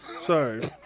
Sorry